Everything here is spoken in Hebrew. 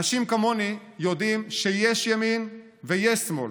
אנשים כמוני יודעים שיש ימין ויש שמאל,